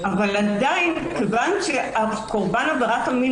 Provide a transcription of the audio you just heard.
אבל עדיין מכיוון שקורבן עבירת המין